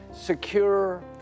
secure